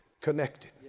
Connected